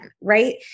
right